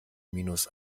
minus